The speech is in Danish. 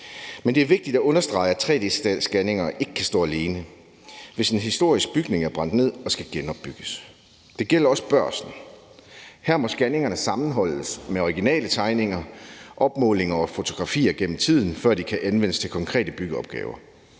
Men det er vigtigt at understrege, at tre-d-scanninger ikke kan stå alene, hvis en historisk bygning er brændt ned og den skal genopbygges, og det gælder også Børsen. Her må scanningerne sammenholdes med de originale tegninger, opmålinger og fotografier gennem tiden, før de kan anvendes til konkrete byggeopgaver.